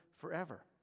forever